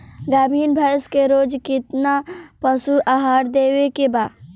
गाभीन भैंस के रोज कितना पशु आहार देवे के बा?